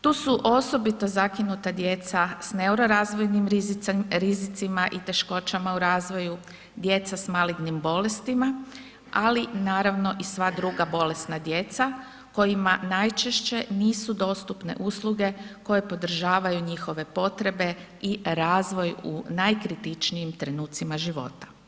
Tu su osobito zakinuta djeca s neurorazvojnim rizicima i teškoćama u razvoju, djeca s malignim bolestima, ali naravno i sva druga bolesna djeca kojima najčešće nisu dostupne usluge koje podržavaju njihove potrebe i razvoj u najkritičnijim trenucima života.